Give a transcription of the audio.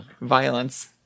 violence